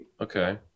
Okay